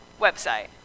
website